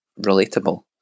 relatable